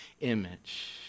image